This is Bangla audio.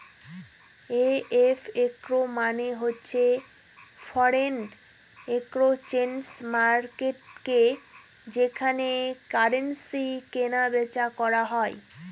এফ.এক্স মানে হচ্ছে ফরেন এক্সচেঞ্জ মার্কেটকে যেখানে কারেন্সি কিনা বেচা করা হয়